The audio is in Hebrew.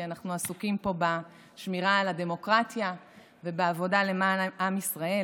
כי אנחנו עסוקים פה בשמירה על הדמוקרטיה ובעבודה למען עם ישראל,